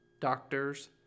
Doctors